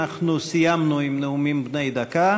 אנחנו סיימנו עם נאומים בני דקה.